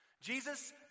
Jesus